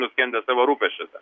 nuskendę savo rūpesčiuose